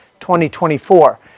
2024